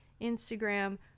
Instagram